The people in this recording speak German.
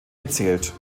gezählt